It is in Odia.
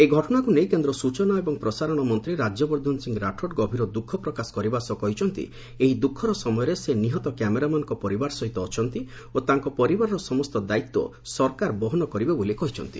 ଏହି ଘଟଣାକୁ ନେଇ କେନ୍ଦ୍ର ସୂଚନା ଏବଂ ପ୍ରସାରଶ ମନ୍ତୀ ରାଜ୍ୟବର୍ର୍ର୍ରନ ସିଂହ ରାଠୋଡ୍ ଗଭୀର ଦୁଖ ପ୍ରକାଶ କରିବା ସହ କହିଛନ୍ତି ଯେ ଏହି ଦୁଖର ସମୟରେ ସେ ନିହତ କ୍ୟାମେରାମ୍ୟାନଙ୍କ ପରିବାର ସହ ଅଛନ୍ତି ଓ ତାଙ୍କ ପରିବାରର ସମସ୍ତ ଦାୟିତ୍ୱ ସରକାର ବହନ କରିବେ ବୋଲି କହିଛନ୍ତି